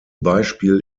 beispiel